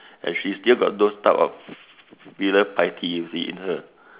and she still got those type of filial piety you see in her